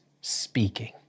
speaking